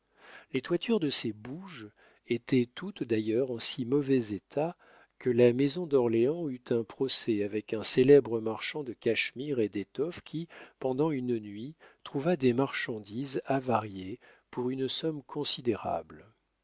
les toitures de ces bouges étaient toutes d'ailleurs en si mauvais état que la maison d'orléans eut un procès avec un célèbre marchand de cachemires et d'étoffes qui pendant une nuit trouva des marchandises avariées pour une somme considérable